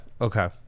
Okay